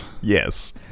Yes